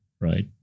right